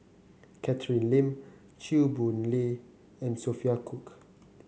Catherine Lim Chew Boon Lay and Sophia Cooke